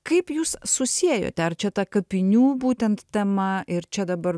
kaip jūs susiejote ar čia ta kapinių būtent tema ir čia dabar